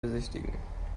besichtigen